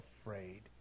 afraid